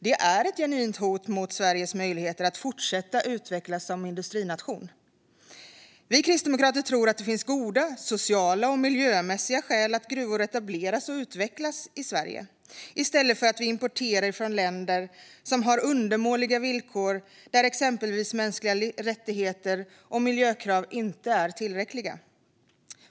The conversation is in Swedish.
Det är ett genuint hot mot Sveriges möjligheter att fortsätta utvecklas som industrination. Vi kristdemokrater tror att det finns goda sociala och miljömässiga skäl att möjliggöra att gruvor etableras och utvecklas i Sverige i stället för att importera från länder som har undermåliga villkor och där exempelvis mänskliga rättigheter och miljökrav inte är tillräckliga.